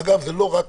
זה לא רק